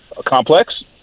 complex